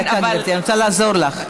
דקה, גברתי, אני רוצה לעזור לך.